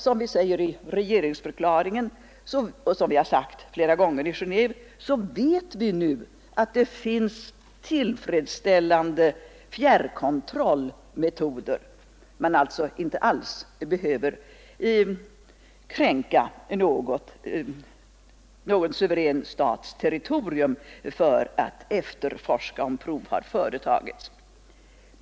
Som vi säger i regeringsförklaringen — och som vi har sagt flera gånger i Genéve — vet vi nu att det finns tillfredsställande fjärrkontrollmetoder. Man behöver alltså inte kränka någon suverän stats territorium för att efterforska om prov har företagits.